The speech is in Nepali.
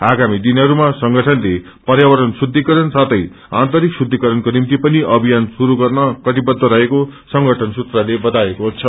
आगामी दिनहरूमा संगठनले पयावरण शुद्दीकरण साथै आन्तरिक शुद्दिकरणको निम्ति पनि अभियान शुरू गर्न कटिबद्ध रहेको संगठन सुत्रले बताएको छ